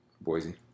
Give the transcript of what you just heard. Boise